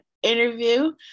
Interview